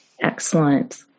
Excellent